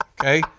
okay